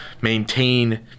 maintain